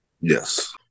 yes